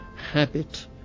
habit